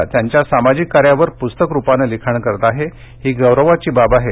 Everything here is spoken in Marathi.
आहेा त्यांच्या सामाजिक कार्यावर पुस्तक रुपानं लिखाण करत आहेही गौरवाची बाब आहे